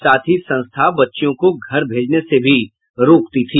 साथ ही संस्था बच्चियों को घर भेजने से भी रोकती थी